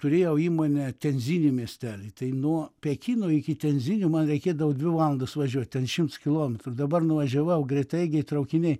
turėjau įmonę tenzini miestely tai nuo pekino iki tenzinio man reikė gal dvi valandas važiuot ten šimts kilometrų dabar nuvažiavau greitaeigiai traukiniai